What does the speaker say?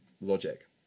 logic